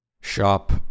shop